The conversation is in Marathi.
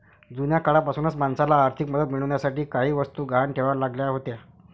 जुन्या काळापासूनच माणसाला आर्थिक मदत मिळवण्यासाठी काही वस्तू गहाण ठेवाव्या लागत होत्या